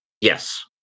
Yes